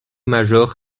major